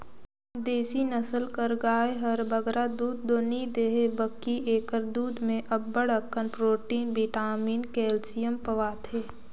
देसी नसल कर गाय हर बगरा दूद दो नी देहे बकि एकर दूद में अब्बड़ अकन प्रोटिन, बिटामिन, केल्सियम पवाथे